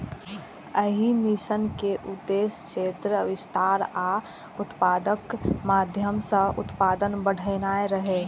एहि मिशन के उद्देश्य क्षेत्र विस्तार आ उत्पादकताक माध्यम सं उत्पादन बढ़ेनाय रहै